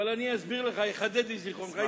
אני אסביר לך, אחדד את זיכרונך.